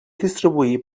distribuir